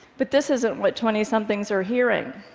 but this isn't what twentysomethings are hearing.